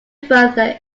further